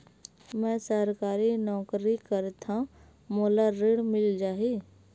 मै सरकारी नौकरी करथव मोला ऋण मिल जाही?